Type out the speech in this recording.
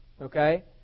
okay